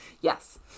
Yes